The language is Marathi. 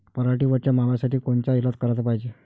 पराटीवरच्या माव्यासाठी कोनचे इलाज कराच पायजे?